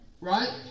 Right